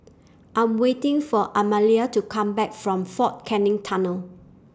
I'm waiting For Amalia to Come Back from Fort Canning Tunnel